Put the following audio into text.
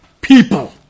people